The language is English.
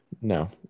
no